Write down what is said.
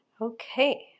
okay